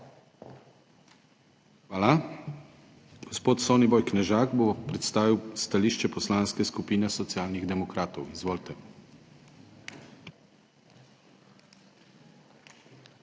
Hvala. Gospod Soniboj Knežak bo predstavil stališče Poslanske skupine Socialnih demokratov. Izvolite.